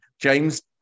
James